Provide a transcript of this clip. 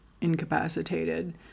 incapacitated